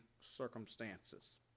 circumstances